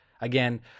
Again